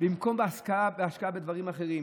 במקום השקעה בדברים אחרים.